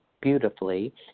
beautifully